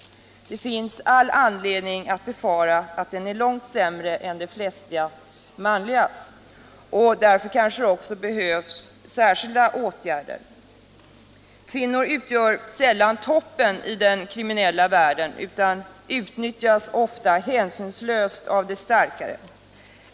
Det finns all anledning att befara att den är långt sämre än de flesta manligas. Därför kanske det behövs särskilda åtgärder. Kvinnor utgör sällan toppen i den kriminella världen och utnyttjas därför hänsynslöst av de starkare.